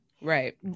Right